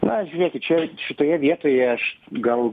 na žiūrėkit čia šitoje vietoje aš gal